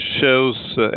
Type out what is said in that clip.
shows